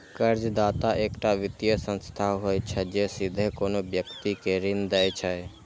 कर्जदाता एकटा वित्तीय संस्था होइ छै, जे सीधे कोनो व्यक्ति कें ऋण दै छै